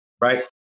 right